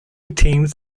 teams